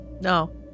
No